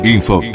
Info